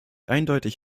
eindeutig